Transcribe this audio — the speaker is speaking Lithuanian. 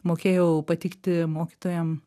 mokėjau patikti mokytojam